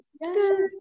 Yes